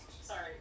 Sorry